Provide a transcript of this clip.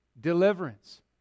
deliverance